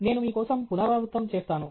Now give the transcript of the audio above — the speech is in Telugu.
నేను మీ కోసం పునరావృతం చేస్తాను